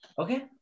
Okay